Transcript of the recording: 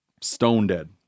Stone-dead